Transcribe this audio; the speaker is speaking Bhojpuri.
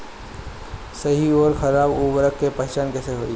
सही अउर खराब उर्बरक के पहचान कैसे होई?